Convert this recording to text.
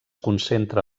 concentra